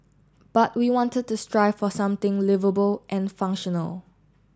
but we wanted to strive for something liveable and functional